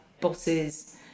bosses